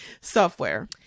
software